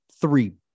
three